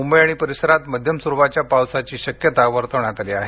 मुंबई आणि परिसरांत मध्यम स्वरुपाच्या पावसाची शक्यता वर्तवण्यात आली आहे